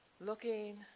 looking